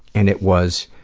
and it was